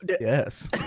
yes